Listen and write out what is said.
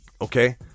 okay